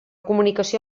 comunicació